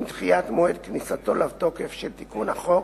עם דחיית מועד כניסתו לתוקף של תיקון החוק,